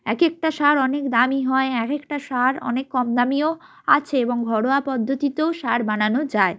একেকটা সার অনেক দামি হয় এক একটা সার অনেক কম দামিও আছে এবং ঘরোয়া পদ্ধতিতেও সার বানানো যায়